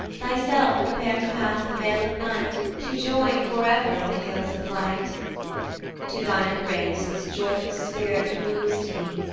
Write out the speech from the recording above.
thyself prepare to pass the vale of night to join for ever on the hills of light to thine embrace this joyful spirit moves to thee,